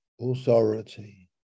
authority